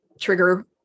trigger